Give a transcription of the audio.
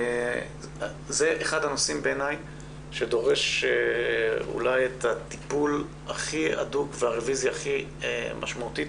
זה אחד הנושאים בעיני שדורש את הטיפול הכי הדוק והרביזיה הכי משמעותית,